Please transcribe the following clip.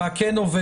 מה כן עובד,